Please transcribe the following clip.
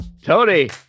Tony